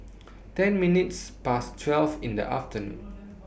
ten minutes Past twelve in The afternoon